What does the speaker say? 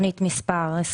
תוכנית 26